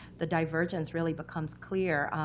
the divergence really becomes clear.